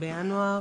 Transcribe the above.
בינואר